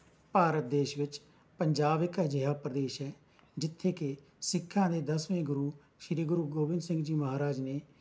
ਭਾਰਤ ਦੇਸ਼ ਵਿੱਚ ਪੰਜਾਬ ਇੱਕ ਅਜਿਹਾ ਪ੍ਰਦੇਸ਼ ਹੈ ਜਿੱਥੇ ਕਿ ਸਿੱਖਾਂ ਦੇ ਦਸਵੇਂ ਗੁਰੂ ਸ਼੍ਰੀ ਗੋਬਿੰਦ ਸਿੰਘ ਜੀ ਮਹਾਰਾਜ ਨੇ